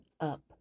up